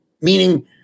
Meaning